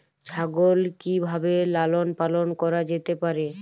ছাগল কি ভাবে লালন পালন করা যেতে পারে?